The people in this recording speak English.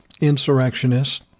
insurrectionists